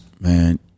Man